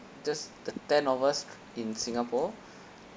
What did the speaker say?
just the ten of us in singapore